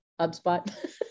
HubSpot